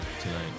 tonight